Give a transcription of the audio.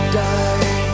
die